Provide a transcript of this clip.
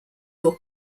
will